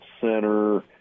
center